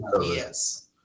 Yes